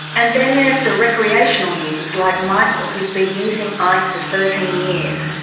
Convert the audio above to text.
and then there's the recreational users like michael who has been using ice for thirteen years.